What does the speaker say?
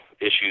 issues